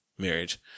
marriage